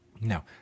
no